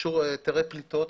היתרי פליטות.